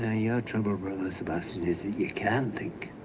ah you trouble, brother sebastian, is that you can't think.